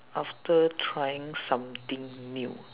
after trying something new